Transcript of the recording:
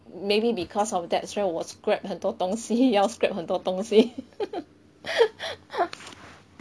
maybe because of that 所以我 scrap 很多东西要 scrap 很多东西